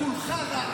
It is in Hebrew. שתקבל.